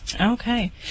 Okay